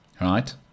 right